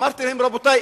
אמרתי להם: רבותי,